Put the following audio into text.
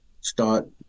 start